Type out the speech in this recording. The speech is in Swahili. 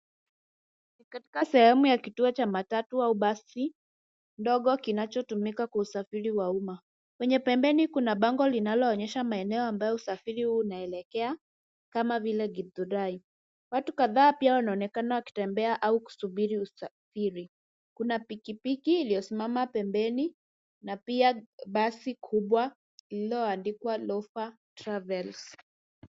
Ni katika sehemu ya kituo cha matatu au basi ndogo kinachotumika kwa usafiri wa umma. Kwenye pembeni kuna bango linaloonyesha maeneo ambayo usafiri huu unaelekea kama vile Githurai. Watu kadhaa pia wanaonekana wakitembea au kusubiri usafiri. Kuna pikipiki iliyosimama pembeni na pia basi kubwa lililoandikwa Loffa Travels.